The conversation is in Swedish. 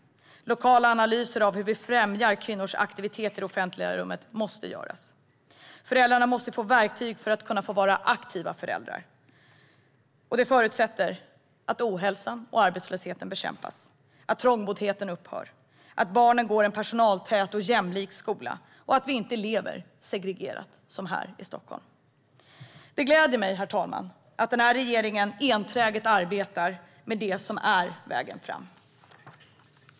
Lokala analyser måste göras av hur vi främjar kvinnors aktiviteter i det offentliga rummet. Föräldrar måste få verktyg för att kunna vara aktiva föräldrar. Detta förutsätter att ohälsan och arbetslösheten bekämpas, att trångboddheten upphör, att barnen går i en personaltät och jämlik skola och att vi inte lever så segregerat som vi gör här i Stockholm. Det gläder mig att regeringen enträget arbetar med det som är vägen framåt.